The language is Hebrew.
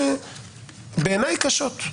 בעיני קשות.